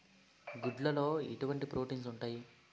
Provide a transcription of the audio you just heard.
గుడ్లు లో ఎటువంటి ప్రోటీన్స్ ఉంటాయి?